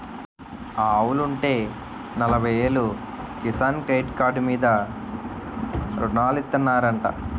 ఆవులుంటే నలబయ్యేలు Kisan credit card మీద రుణాలిత్తనారంటా